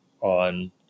on